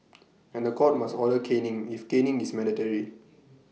and The Court must order caning if caning is mandatory